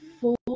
four